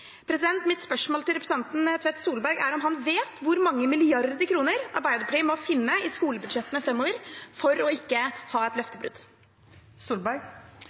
Mitt spørsmål til representanten Tvedt Solberg er om han vet hvor mange milliarder kroner Arbeiderpartiet må finne i skolebudsjettene fremover for ikke å ha et løftebrudd.